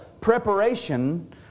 preparation